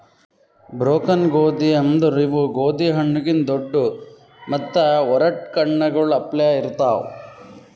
broken ಗೋದಿ ಅಂದುರ್ ಇವು ಗೋದಿ ಹಣ್ಣು ಕಿಂತ್ ದೊಡ್ಡು ಮತ್ತ ಒರಟ್ ಕಣ್ಣಗೊಳ್ ಅಪ್ಲೆ ಇರ್ತಾವ್